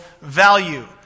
value